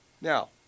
Now